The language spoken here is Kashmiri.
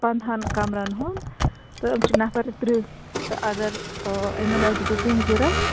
پَنٛدہَن کَمرَن ہُنٛد تہٕ یِم چھِ نَفر ترٛہ تہٕ اَگر آ یِمن ٲس بُکِنٛگ ضرَوٗرت